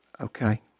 Okay